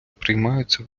приймаються